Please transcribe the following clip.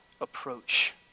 approach